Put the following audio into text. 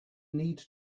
need